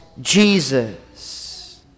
Jesus